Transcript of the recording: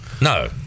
no